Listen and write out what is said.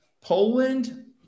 Poland